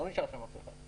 לא נשאר שם אף אחד.